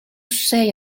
say